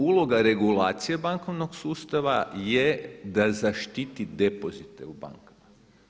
Uloga regulacije bankovnog sustava je da zaštiti depozite u bankama.